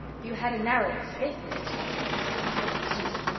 you had a narrow escape, mrs. dr. dear, exclaimed susan.